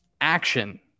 action